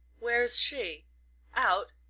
where is she out?